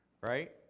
right